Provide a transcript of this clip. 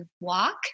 walk